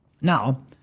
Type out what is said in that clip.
Now